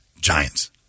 giants